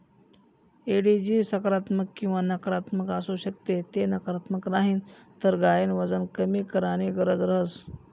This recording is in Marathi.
एडिजी सकारात्मक किंवा नकारात्मक आसू शकस ते नकारात्मक राहीन तर गायन वजन कमी कराणी गरज रहस